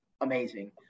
amazing